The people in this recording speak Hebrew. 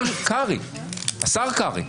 אומר השר קרעי,